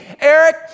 Eric